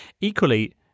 Equally